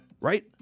Right